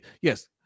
yes